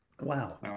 Wow